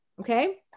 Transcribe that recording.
Okay